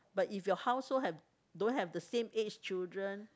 but if your house hold have don't have the same age children